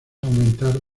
aumentar